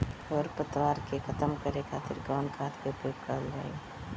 खर पतवार के खतम करे खातिर कवन खाद के उपयोग करल जाई?